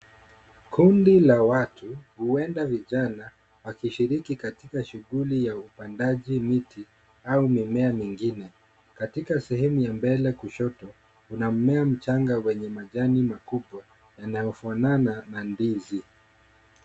Kundi la watu, huenda vijana, wakishiriki katika shughuli ya upandaji miti au mimea mingine. Katika sehemu ya mbele kushoto, kuna mmea mchanga wenye majani makubwa yanayofanana na ndizi.